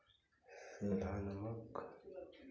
सेंधा नमक